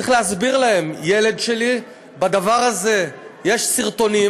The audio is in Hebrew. צריך להסביר להם: ילד שלי, בדבר הזה יש סרטונים